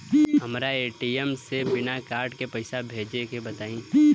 हमरा ए.टी.एम से बिना कार्ड के पईसा भेजे के बताई?